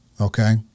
okay